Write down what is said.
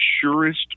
surest